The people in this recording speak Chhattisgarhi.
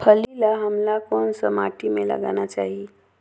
फल्ली ल हमला कौन सा माटी मे लगाना चाही?